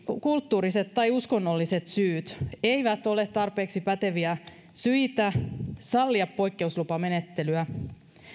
kulttuuriset tai uskonnolliset syyt eivät ole tarpeeksi päteviä syitä sallia poikkeuslupamenettelyä